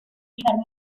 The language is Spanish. germain